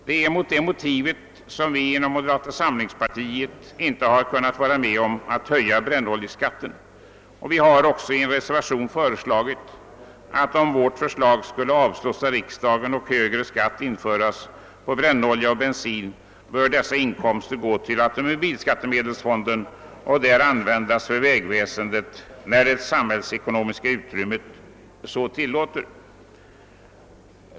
Det är med detta motiv som vi inom moderata samlingspartiet inte har kunnat vara med om att förorda höjning av brännoljeskatten. Vi har också i en reservation uttalat att om vårt förslag skulle avslås av riksdagen och högre skatt införas på brännolja och bensin bör dessa inkomster gå till automobilskattemedelsfonden och där användas för vägväsendet när det samhällsekonomiska utrymmet så tilllåter.